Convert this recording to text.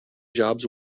jobs